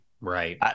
Right